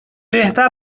بهتر